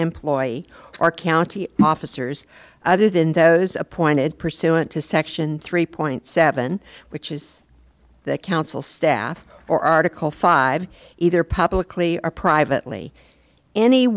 employee or county officers other than those appointed pursuant to section three point seven which is that council staff or article five either publicly or privately any